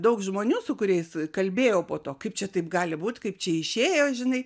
daug žmonių su kuriais kalbėjau po to kaip čia taip gali būt kaip čia išėjo žinai